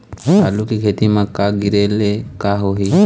आलू के खेती म करा गिरेले का होही?